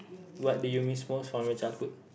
what do you miss most from your childhood